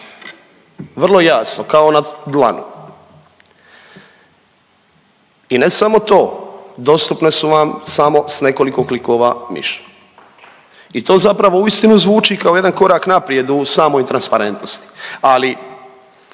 vrlo jasno kao na dlanu. I ne samo to, dostupne su vam samo s nekoliko klikova miša i to zapravo uistinu zvuči kao jedan korak naprijed u samoj transparentnosti, ali